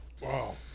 Wow